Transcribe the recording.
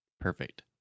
Perfect